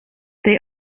they